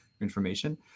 information